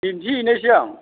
दिन्थिहैनोसै आं